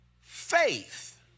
faith